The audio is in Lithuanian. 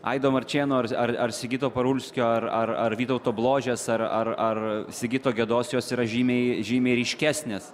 aido marčėno ar ar sigito parulskio ar ar ar vytauto bložės ar ar ar sigito gedos jos yra žymiai žymiai ryškesnės